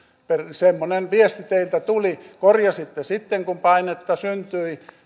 semmoinen viesti teiltä tuli korjasitte sitten kun painetta syntyi